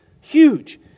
Huge